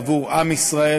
בעבור עם ישראל,